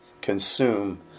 consume